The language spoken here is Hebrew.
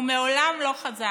ומעולם לא חזרתי.